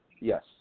Yes